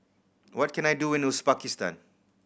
what can I do in Uzbekistan